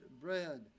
bread